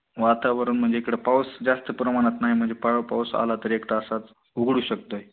वातावरण म्हणजे इकडं पाऊस जास्त प्रमाणात नाही म्हणजे पा पाऊस आला तरी एक तासात उघडू शकतो आहे